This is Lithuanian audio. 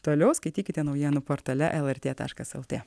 toliau skaitykite naujienų portale lrt taškas lt